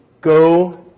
Go